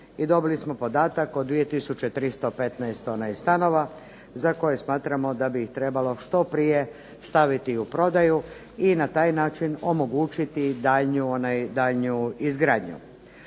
dobili smo podatak od 2 tisuće 315 stanova za koje smatramo da bi ih trebalo što prije staviti u prodaju i na taj način omogućiti daljnju izgradnju.